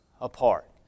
apart